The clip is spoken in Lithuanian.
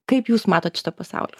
kaip jūs matot šitą pasaulį